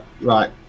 right